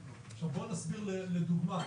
עכשיו בואו נסביר לדוגמה,